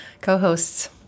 co-hosts